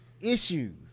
issues